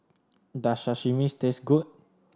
does Sashimis taste good